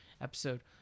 episode